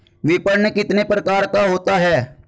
विपणन कितने प्रकार का होता है?